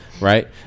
right